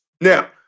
Now